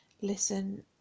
Listen